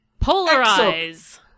Polarize